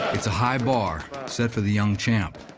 it's a high bar set for the young champ,